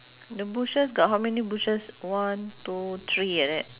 the bushes got how many bushes one two three like that